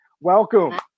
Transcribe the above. Welcome